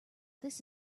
this